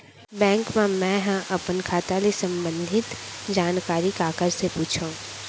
Bank मा मैं ह अपन खाता ले संबंधित जानकारी काखर से पूछव?